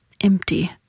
empty